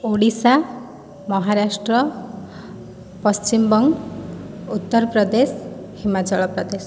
Odisha Maharashtra Paschimbanga Uttar Pradesh Himachal Pradesh